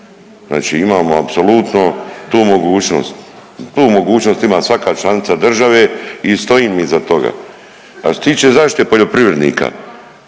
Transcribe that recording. Znači imamo apsolutno tu mogućnost, tu mogućnost ima svaka članica države i stojim iza toga. A što se tiče zaštite poljoprivrednika,